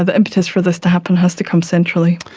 ah impetus for this to happen has to come centrally.